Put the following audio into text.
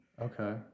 okay